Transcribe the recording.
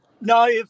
No